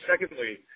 secondly